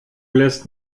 lässt